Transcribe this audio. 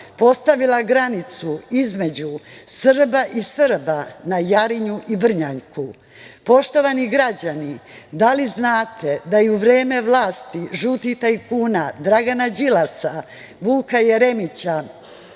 postavila granicu između Srba i Srba na Jarinju i Brnjaku? Poštovani građani, da li znate da i u vreme vlasti žutih tajkuna Dragana Đilasa, Vuka Jeremića,